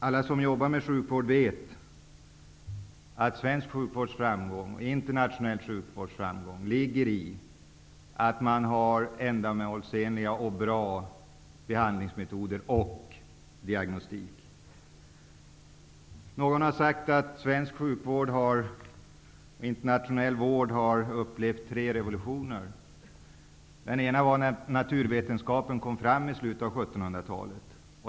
Alla som jobbar med sjukvård vet att svensk och internationell sjukvårds framgång ligger i att man har ändamålsenliga och bra behandlingsmetoder och diagnostik. Någon har sagt att internationell sjukvård har upplevt tre revolutioner. Den första var den naturvetenskapliga revolutionen i slutet av 1700 talet.